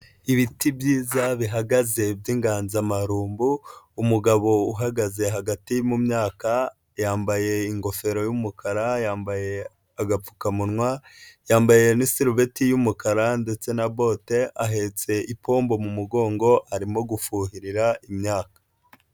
Ibiti byiza bihagaze by'inganzamarumbo, umugabo uhagaze hagati mu myaka yambaye ingofero y'umukara, yambaye agapfukamunwa, yambaye n'isurubeti y'umukara ndetse na bote, ahetse ipombo mu mugongo, arimo gufuhira imyaka.